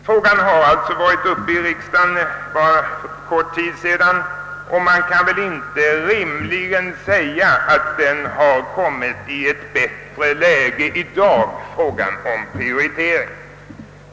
Frågan har alltså varit uppe i riksdagen för bara kort tid sedan, och man kan väl inte rimligen säga att saken kommit i ett annat läge i dag.